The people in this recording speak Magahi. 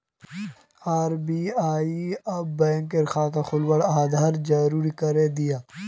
आर.बी.आई अब बैंक खाता खुलवात आधार ज़रूरी करे दियाः